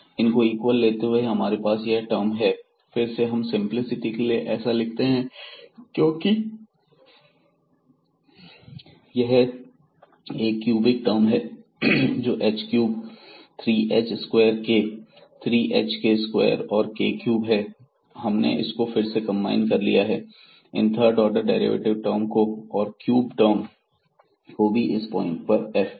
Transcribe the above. इनको इक्वल लेते हुए हमारे पास यह टर्म हैं फिर से हम सिंपलीसिटी के लिए ऐसा लिखते हैं क्योंकि यह 1 क्यूबिक टर्म है जो h cube 3 h square k 3hk square और k क्यूब है हमने इनको फिर से कंबाइन कर लिया है इन थर्ड ऑर्डर डेरिवेटिव टर्म को और क्यूब टर्म को भी और इस पॉइंट पर f को भी